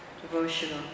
devotional